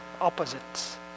opposites